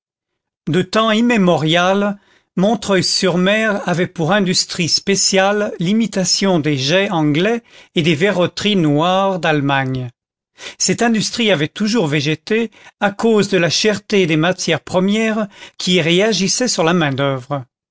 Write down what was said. de temps immémorial montreuil sur mer avait pour industrie spéciale l'imitation des jais anglais et des verroteries noires d'allemagne cette industrie avait toujours végété à cause de la cherté des matières premières qui réagissait sur la